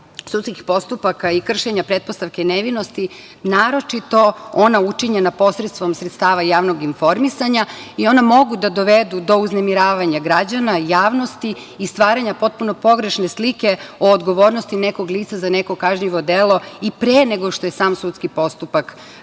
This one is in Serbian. sudskih postupaka i kršenja pretpostavke nevinosti, naročito ona učinjena posredstvom sredstava javnog informisanja i ona mogu da dovedu do uznemiravanja građana, javnosti i stvaranja potpuno pogrešne slike o odgovornosti nekog lica za neko kažnjivo delo i pre nego što je sam sudski postupak